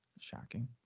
shocking